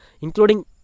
Including